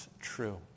true